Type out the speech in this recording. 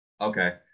okay